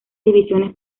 divisiones